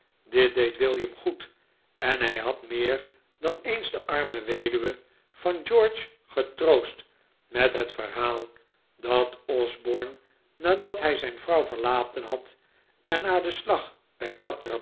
dit deed william goed en hij had meer dan eens de arme weduwe van george getroost met het verhaal dat osborne nadat hij zijn vrouw verlaten had en na den slag bij